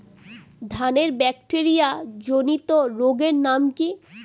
ধানের ব্যাকটেরিয়া জনিত রোগের নাম কি?